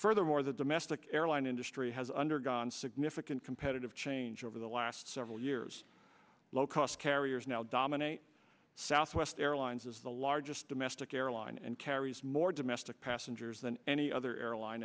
furthermore the domestic airline industry has undergone significant competitive change over the last several years low cost carriers now dominate southwest airlines is the largest domestic airline and carries more domestic passengers than any other airline